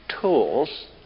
tools